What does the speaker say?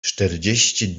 czterdzieści